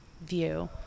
view